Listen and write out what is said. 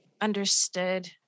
understood